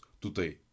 today